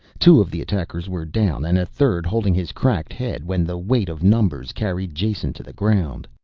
two of the attackers were down and a third holding his cracked head when the weight of numbers carried jason to the ground.